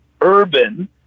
urban